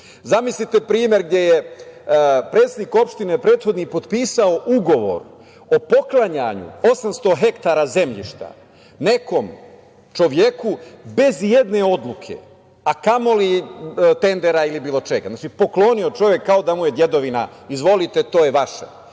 božije. Zamislite primer gde je predsednik opštine prethodni potpisao ugovor o poklanjanju 800 ha zemljišta nekom čoveku, bez i jedne odluke, a kamo li tendera ili bilo čega. Znači, poklonio čovek, kao da mu je dedovina, izvolite to je vaše.